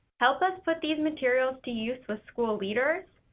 help us put these materials to use with school leaders,